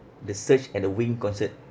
the search at the wing concert